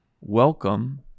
welcome